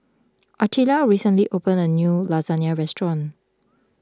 Artelia recently opened a new Lasagna restaurant